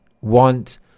want